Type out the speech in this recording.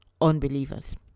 unbelievers